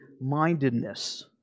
mindedness